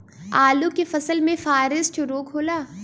आलू के फसल मे फारेस्ट रोग होला?